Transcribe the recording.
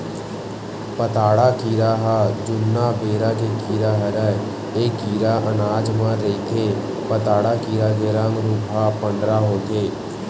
पताड़ा कीरा ह जुन्ना बेरा के कीरा हरय ऐ कीरा अनाज म रहिथे पताड़ा कीरा के रंग रूप ह पंडरा होथे